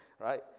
right